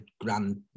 grand